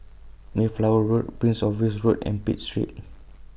Mayflower Road Prince of Wales Road and Pitt Street